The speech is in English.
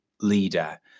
leader